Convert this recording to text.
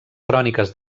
cròniques